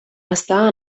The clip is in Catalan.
està